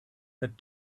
that